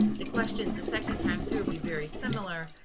the questions the second time through will be very similar,